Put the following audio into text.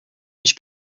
mich